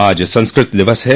आज संस्कृत दिवस है